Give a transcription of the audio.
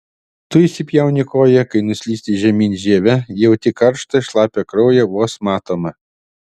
tu įsipjauni koją kai nuslysti žemyn žieve jauti karštą šlapią kraują vos matomą